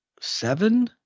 seven